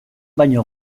baino